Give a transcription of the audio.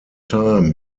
time